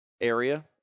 area